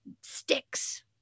sticks